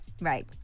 Right